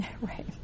right